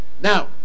Now